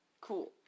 Cool